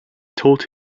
told